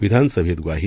विधानसभेत ग्वाही